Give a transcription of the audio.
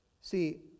See